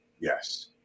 Yes